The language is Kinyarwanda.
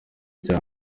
cya